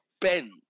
Ben